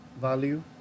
value